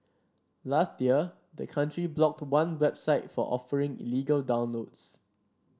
last year the country blocked one website for offering illegal downloads